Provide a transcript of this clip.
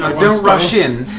rush in.